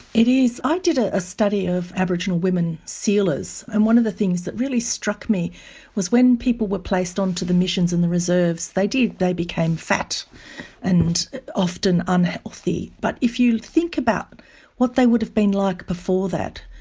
it is. i did a study of aboriginal women sealers, and one of the things that really struck me was when people were placed onto the missions and the reserves, they did, they became fat and often unhealthy. but if you think about what they would have been like before that,